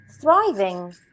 thriving